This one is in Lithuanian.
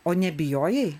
o nebijojai